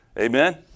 Amen